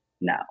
No